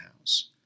House